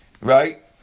right